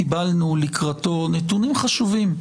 קיבלנו לקראתו נתונים חשובים,